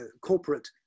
Corporate